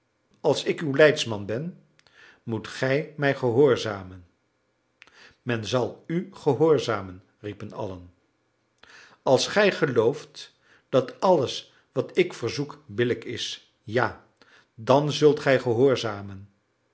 als ik uw leidsman ben moet gij mij gehoorzamen men zal u gehoorzamen riepen allen als gij gelooft dat alles wat ik verzoek billijk is ja dan zult gij gehoorzamen